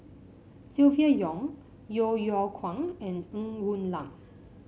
Silvia Yong Yeo Yeow Kwang and Ng Woon Lam